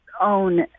own